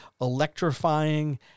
electrifying